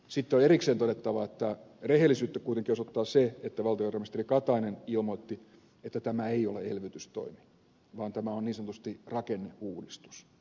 sitten on erikseen todettava että rehellisyyttä kuitenkin osoittaa se että valtiovarainministeri katainen ilmoitti että tämä ei ole elvytystoimi vaan tämä on niin sanotusti rakenneuudistus